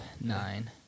nine